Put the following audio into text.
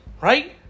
right